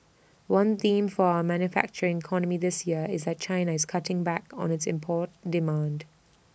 one theme for our manufacturing economy this year is that China is cutting back on its import demand